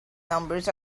numbers